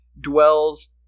dwells